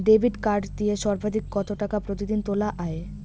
Debit card দিয়ে সর্বাধিক কত টাকা প্রতিদিন তোলা য়ায়?